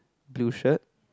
blue shirt